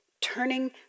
Turning